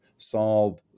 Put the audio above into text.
Solve